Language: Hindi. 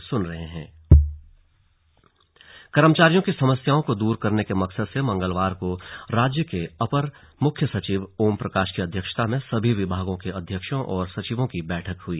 स्लग बैठक हड़ताल कर्मचारियों की समस्याओं को दूर करने के मकसद से मंगलवार को राज्य के अपर मुख्य सचिव ओम प्रकाश की अध्यक्षता में सभी विमागों के अध्यक्षों और सचिवों की बैठक हुई